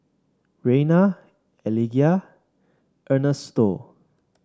Rayna Eligah Ernesto